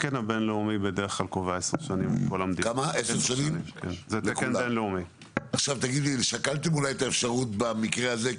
התקן הבין-לאומי זה עשר שנים שאלתם אולי את האפשרות במקרה הזה,